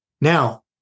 Now